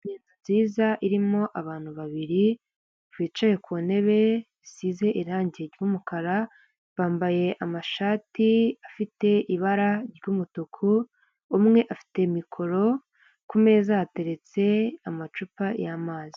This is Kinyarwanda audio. Inzu nziza irimo abantu babiri bicaye ku ntebe isize irangi ry'umukara, bambaye amashati afite ibara ry'umutuku, umwe afite mikoro ku meza hateretse amacupa y'amazi.